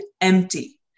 empty